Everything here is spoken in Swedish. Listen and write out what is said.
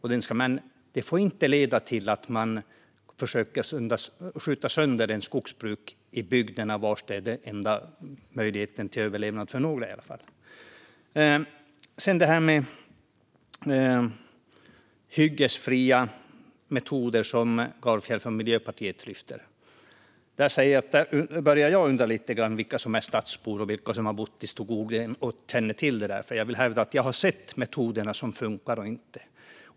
Men det får inte leda till att man försöker skjuta sönder skogsbruket i de bygder där detta är den enda möjligheten till överlevnad, i alla fall för några. Gardfjell från Miljöpartiet lyfte detta med hyggesfria metoder. Där börjar jag undra lite grann vilka som är stadsbor och vilka som har bott i skogen och känner till detta. Jag vill hävda att jag har sett vilka metoder som funkar och inte.